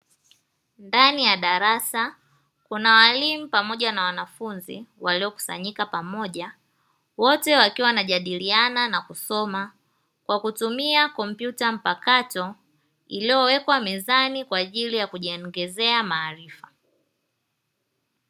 Ndani ya darasa Kuna walimu pamoja na wanafunzi waliokusanyika pamoja wote wakiwa wanajadiliana na kusoma Kwa kutumia kompyuta mpakato, iliyowekwa mezani kwa ajili ya kujiongezea maarifa.